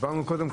אמרנו קודם,